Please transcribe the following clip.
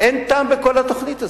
אין טעם בכל התוכנית הזו.